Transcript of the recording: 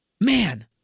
man